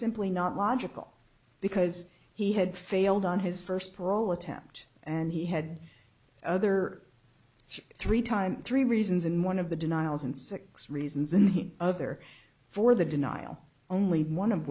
simply not logical because he had failed on his first parole attempt and he had other three times three reasons and one of the denials and six reasons in the other for the denial only one of